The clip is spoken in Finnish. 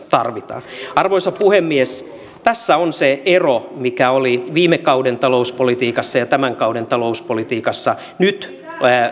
tarvitaan arvoisa puhemies tässä on se ero mikä oli viime kauden talouspolitiikassa ja tämän kauden talouspolitiikassa nyt